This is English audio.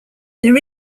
there